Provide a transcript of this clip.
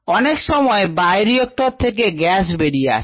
অনেক সময় বায়োরিক্টর থেকে গ্যাস বেরিয়ে আসে